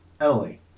Emily